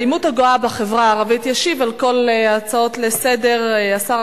האלימות הגואה בחברה הערבית, הצעות לסדר-היום מס'